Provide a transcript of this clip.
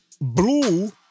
blue